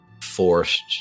forced